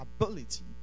ability